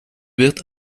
wird